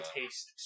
taste